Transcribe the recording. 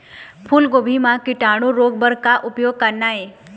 फूलगोभी म कीटाणु रोके बर का उपाय करना ये?